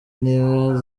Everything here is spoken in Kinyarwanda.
niba